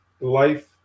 life